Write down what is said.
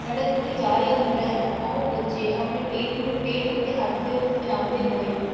ਸੜਕ ਉੱਤੇ ਜਾ ਰਿਹਾ ਹੁੰਦਾ ਹੈ ਤਾਂ ਉਹ ਬੱਚੇ ਆਪਣੇ ਪੇਟ ਨੂੰ ਪੇਟ ਉੱਤੇ ਹੱਥ ਫੈਲਾਉਂਦੇ ਹੋਏ